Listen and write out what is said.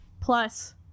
plus